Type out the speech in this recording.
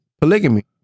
polygamy